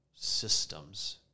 systems